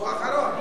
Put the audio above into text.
אחרון,